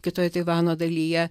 kitoj taivano dalyje